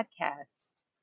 Podcast